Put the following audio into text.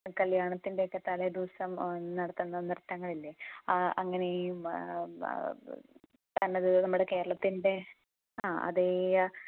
കല്യാണത്തിന്റെയൊക്കെ തലേദിവസം നടത്തുന്ന നൃത്തങ്ങളില്ലേ ആ അങ്ങനെയും തനത് നമ്മുടെ കേരളത്തിന്റെ അ അതെ യാ